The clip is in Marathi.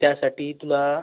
त्यासाटी तुला